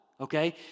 okay